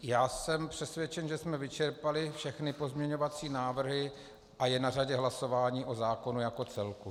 Já jsem přesvědčen, že jsme vyčerpali všechny pozměňovací návrhy a je na řadě hlasování o zákonu jako celku.